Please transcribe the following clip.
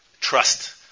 trust